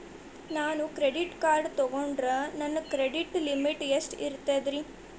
ನಾನು credit card ತೊಗೊಂಡ್ರ ನನ್ನ ಕ್ರೆಡಿಟ್ ಲಿಮಿಟ್ ಎಷ್ಟ ಇರ್ತದ್ರಿ?